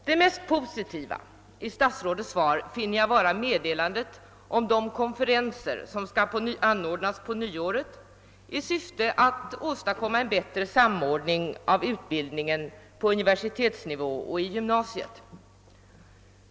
Det mest positiva i statsrådets svar finner jag vara meddelandet om de konferenser som skall anordnas på nyåret i syfte att åstadkomma en bättre samordning av utbildningen på universitetsnivå och i gymnasiet.